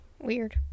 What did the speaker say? weird